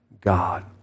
God